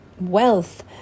wealth